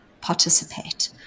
participate